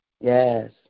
Yes